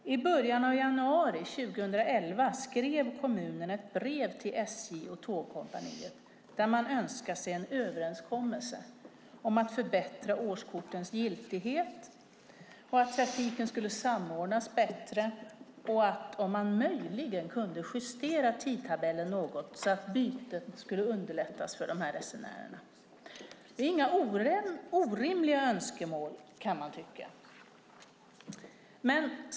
I början av januari 2011 skrev kommunen ett brev till SJ och Tågkompaniet där man önskade sig en överenskommelse om att förbättra årskortens giltighet och att samordna trafiken bättre. Man undrade också om det möjligen gick att justera tidtabellen något så att bytet skulle underlättas för dessa resenärer. Det är inga orimliga önskemål, kan man tycka.